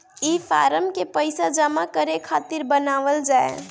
ई फारम के पइसा जमा करे खातिरो बनावल जाए